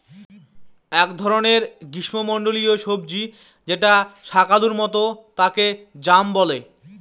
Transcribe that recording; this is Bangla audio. এক ধরনের গ্রীস্মমন্ডলীয় সবজি যেটা শাকালুর মত তাকে য়াম বলে